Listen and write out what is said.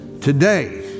Today